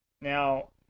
Now